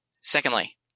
Secondly